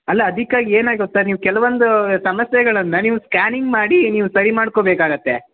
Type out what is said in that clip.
ಅಲ್ಲ ಅದಕ್ಕಾಗಿ ಏನು ಗೊತ್ತ ನೀವು ಕೆಲವೊಂದು ಸಮಸ್ಯೆಗಳನ್ನು ನೀವು ಸ್ಕ್ಯಾನಿಂಗ್ ಮಾಡಿ ನೀವು ಸರಿ ಮಾಡ್ಕೊಬೇಕಾಗುತ್ತೆ